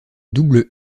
double